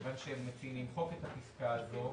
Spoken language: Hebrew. מכיוון שהם מציעים למחוק את הפסקה הזאת,